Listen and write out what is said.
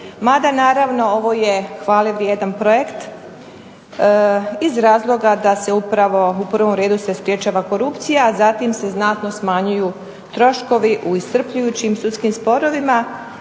Mada naravno ovo je hvale vrijedan projekt iz razloga da se upravo u prvom redu se sprječava korupcija, a zatim se znatno smanjuju troškovi u iscrpljujućim sudskim sporovima